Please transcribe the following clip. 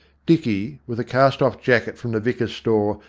dicky, with a cast-off jacket from the vicar's store,